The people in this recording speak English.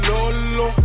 Lolo